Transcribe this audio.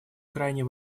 крайне